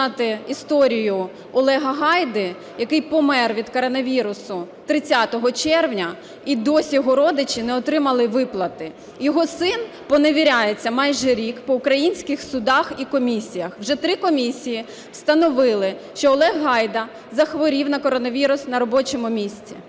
розказати історію Олега Гайди, який помер від коронавірусу 30 червня, і досі його родичі не отримали виплати. Його син поневіряється майже рік по українських судах і комісіях. Вже три комісії встановили, що Олег Гайда захворів на коронавірус на робочому місці.